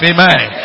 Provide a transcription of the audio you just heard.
Amen